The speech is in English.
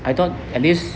I thought at least